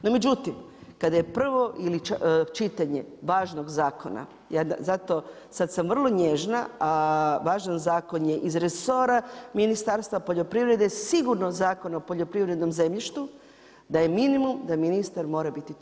No međutim, kada je prvo čitanje važnog zakona, zato, sad sam vrlo nježna a važan zakon je iz resora Ministarstva poljoprivrede, sigurno Zakon o poljoprivrednom zemljištu, da je minimum da ministar mora biti tu.